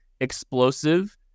explosive